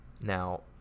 Now